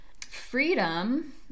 freedom